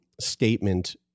statement